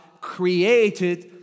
created